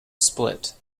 split